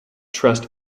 trust